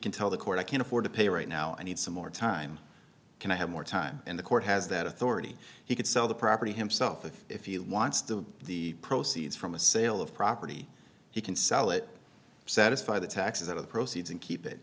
can tell the court i can't afford to pay right now i need some more time can i have more time in the court has that authority he could sell the property himself if you wants the the proceeds from the sale of property he can sell it satisfy the taxes out of the proceeds and keep it